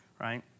right